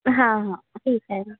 हा हा ठिक आहे